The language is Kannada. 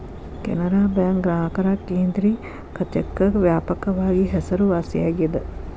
ಕೆನರಾ ಬ್ಯಾಂಕ್ ಗ್ರಾಹಕರ ಕೇಂದ್ರಿಕತೆಕ್ಕ ವ್ಯಾಪಕವಾಗಿ ಹೆಸರುವಾಸಿಯಾಗೆದ